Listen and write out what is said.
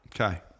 Okay